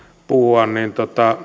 puhua niin